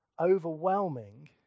overwhelming